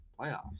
Playoffs